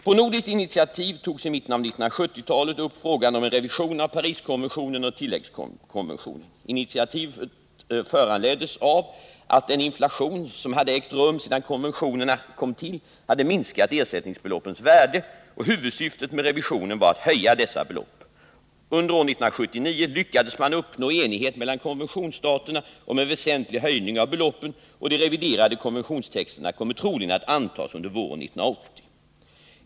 På nordiskt initiativ togs i mitten av 1970-talet upp frågan om en revision av Pariskonventionen och tilläggskonventionen. Initiativet föranleddes av att den inflation som hade ägt rum sedan konventionerna kom till hade minskat ersättningsbeloppens värde, och huvudsyftet med revisionen var att höja dessa belopp. Under år 1979 lyckades man uppnå enighet mellan konventionsstaterna om en väsentlig höjning av beloppen, och de reviderade konventionstexterna kommer troligen att antas under våren 1980.